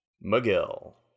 miguel